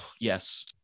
yes